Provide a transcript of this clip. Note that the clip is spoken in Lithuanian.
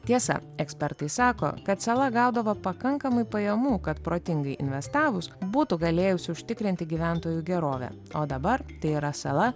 tiesa ekspertai sako kad sala gaudavo pakankamai pajamų kad protingai investavus būtų galėjus užtikrinti gyventojų gerovę o dabar tai yra sala